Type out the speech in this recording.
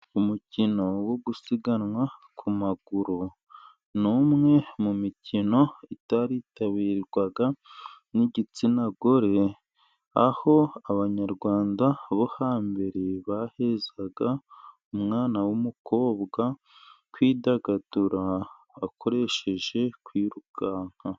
Umukino wo gusiganwa ku maguru ni umwe mu mikino itaritabirwaga n'igitsina gore, aho abanyarwanda bo hambere bahezaga umwana w'umukobwa kwidagadura akoresheje kwirukanka.